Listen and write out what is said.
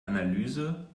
analyse